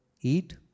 eat